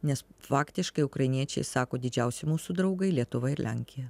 nes faktiškai ukrainiečiai sako didžiausi mūsų draugai lietuva ir lenkija